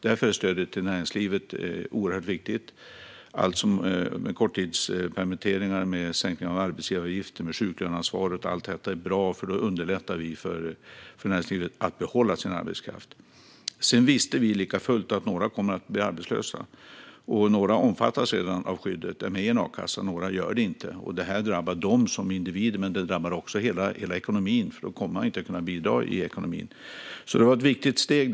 Därför är stödet till näringslivet oerhört viktigt. Det gäller korttidspermitteringar, sänkning av arbetsgivaravgiften och sjuklöneansvaret. Allt detta är bra, eftersom vi därigenom underlättar för näringslivet att behålla sin arbetskraft. Vi visste likafullt att några kommer att bli arbetslösa. Några är redan med i en a-kassa och omfattas redan av skyddet, men några gör det inte. Det här drabbar dem som individer, men det drabbar också hela ekonomin eftersom de inte kommer att kunna bidra i ekonomin. Detta var därför ett viktigt steg.